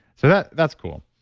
so, that's cool.